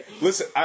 Listen